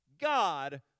God